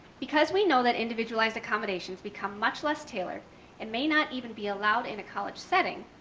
because we know that individualized accommodations become much less tailored and may not even be allowed in a college setting,